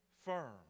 Firm